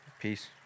peace